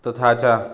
तथा च